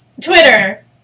Twitter